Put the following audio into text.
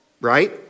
Right